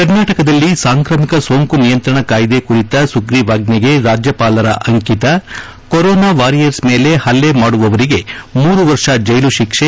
ಕರ್ನಾಟಕದಲ್ಲಿ ಸಾಂಕ್ರಾಮಿಕ ಸೋಂಕು ನಿಯಂತ್ರಣ ಕಾಯ್ದೆ ಕುರಿತ ಸುಗ್ರೀವಾಜ್ವೆಗೆ ರಾಜ್ಯಪಾಲರ ಅಂಕಿತ ಕೊರೋನಾ ವಾರಿಯರ್ಸ್ ಮೇಲೆ ಹಲ್ಲೆ ಮಾಡುವವರಿಗೆ ಮೂರು ವರ್ಷ ಜೈಲು ಶಿಕ್ಷೆ